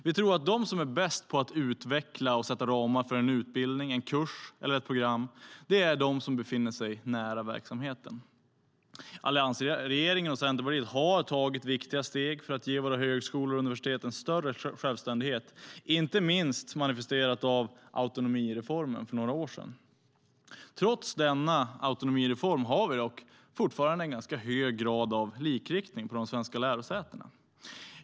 Vi tror att de som är bäst på att utveckla och sätta ramar för en utbildning, en kurs eller ett program är de som befinner sig nära verksamheten. Alliansregeringen och Centerpartiet har tagit viktiga steg för att ge våra högskolor och universitet större självständighet, inte minst manifesterat av autonomireformen för några år sedan. Trots denna autonomireform har vi dock fortfarande en ganska hög grad av likriktning på de svenska lärosätena.